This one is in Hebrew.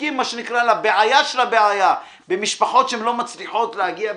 מתרסקים לבעיה של הבעיה במשפחות שלא מצליחות להגיע,